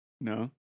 no